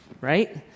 Right